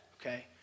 okay